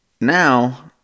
now